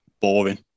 boring